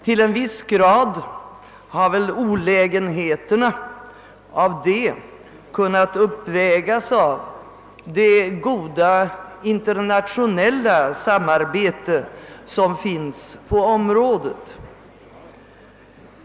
Till en viss grad har väl olägenheterna av detta kunnat uppvägas av det goda internationella samarbete som finns på området.